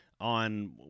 on